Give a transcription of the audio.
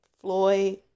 Floyd